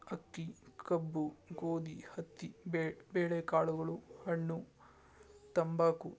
ಅಕ್ಕಿ ಕಬ್ಬು ಗೋಧಿ ಹತ್ತಿ ಬೇಳೆಕಾಳುಗಳು ಹಣ್ಣು ತಂಬಾಕು